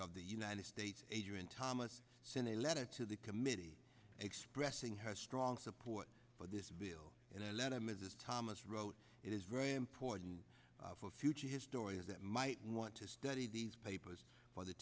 of the united states age when thomas sent a letter to the committee expressing his strong support for this bill and i let mrs thomas wrote it is very important for future historians that might want to study these papers for the